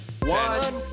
One